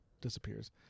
disappears